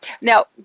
Now